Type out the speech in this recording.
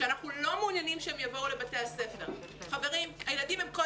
שאנחנו לא מעוניינים שהם יבואו לבתי הספר.